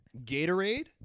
Gatorade